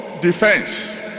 defense